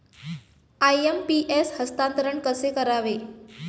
IMPS हस्तांतरण कसे करावे?